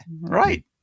right